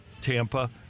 tampa